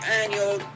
annual